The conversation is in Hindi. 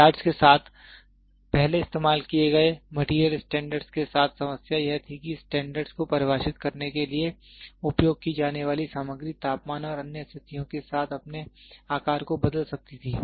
यार्डस् के साथ पहले इस्तेमाल किए गए मैटेरियल स्टैंडर्ड के साथ समस्या यह थी कि स्टैंडर्ड को परिभाषित करने के लिए उपयोग की जाने वाली सामग्री तापमान और अन्य स्थितियों के साथ अपने आकार को बदल सकती थी